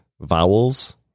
Vowels